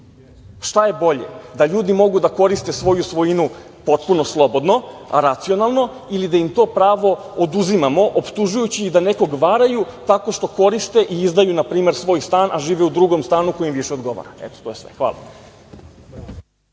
Šta je bolje, da ljudi mogu da koriste svoju svojinu potpuno slobodno, racionalno ili da im to pravo oduzimamo, optužujući ih da nekog varaju tako što koriste i izdaju, na primer, svoj stan, a žive u drugom stanu, koji im više odgovara? Eto, to je sve. Hvala.